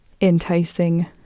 enticing